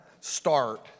start